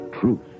truth